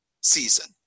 season